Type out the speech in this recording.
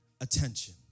attention